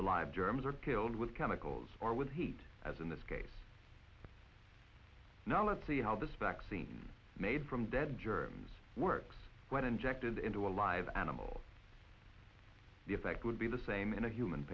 the live germs are killed with chemicals or with heat as in this case now let's see how this vaccine made from dead germs works when injected into a live animal the effect would be the same in a human